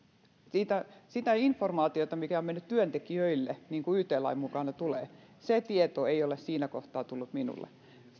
sitä informaatiota mikä on mennyt työntekijöille niin kuin yt lain mukaan tulee mennä ei ole siinä kohtaa tullut minulle